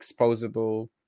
exposable